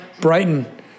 Brighton